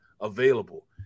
available